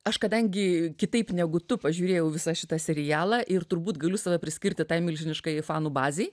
aš kadangi kitaip negu tu pažiūrėjau visą šitą serialą ir turbūt galiu save priskirti tai milžiniškai fanų bazei